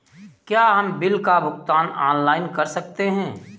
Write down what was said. क्या हम बिल का भुगतान ऑनलाइन कर सकते हैं?